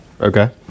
Okay